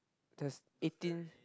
there's eighteen